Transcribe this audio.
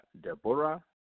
Deborah